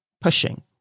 pushing